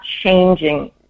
changing